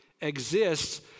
exists